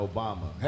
Obama